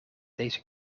deze